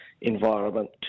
environment